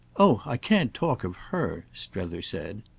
oh i can't talk of her! strether said.